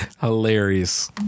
Hilarious